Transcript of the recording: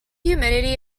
humidity